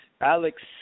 Alex